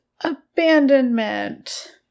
abandonment